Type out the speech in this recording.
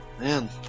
Man